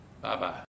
Bye-bye